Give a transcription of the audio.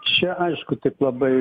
čia aišku taip labai